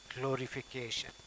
glorification